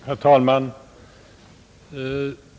Herr talman!